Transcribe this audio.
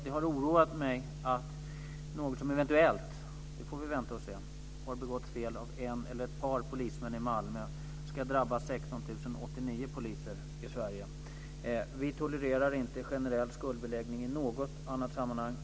Det har oroat mig att fel som eventuellt - vi får vänta och se - har begåtts av en eller ett par polismän i Malmö ska drabba 16 089 poliser i Sverige. Vi tolererar inte generell skuldbeläggning i något annat sammanhang.